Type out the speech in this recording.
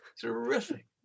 Terrific